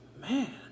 Man